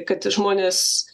kad žmonės